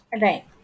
Right